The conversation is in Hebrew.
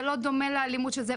זה לא דומה לאלימות של זה,